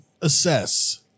assess